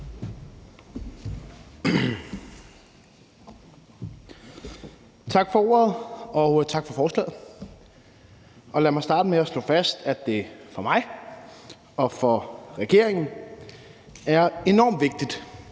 Tak for ordet, og tak for forslaget. Lad mig starte med at slå fast, at det for mig og for regeringen er enormt vigtigt,